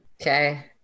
Okay